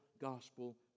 gospel